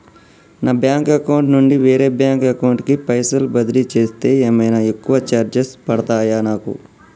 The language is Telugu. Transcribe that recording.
నా బ్యాంక్ అకౌంట్ నుండి వేరే బ్యాంక్ అకౌంట్ కి పైసల్ బదిలీ చేస్తే ఏమైనా ఎక్కువ చార్జెస్ పడ్తయా నాకు?